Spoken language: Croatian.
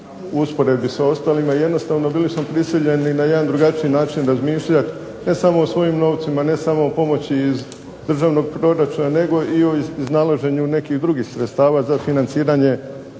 u usporedbi s ostalima jednostavno bili smo prisiljeni na jedan drugačiji način razmišljati, ne samo o svojim novcima, ne samo o pomoći iz državnog proračuna nego o iznalaženju nekih drugih sredstava za financiranje